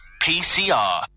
PCR